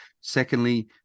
secondly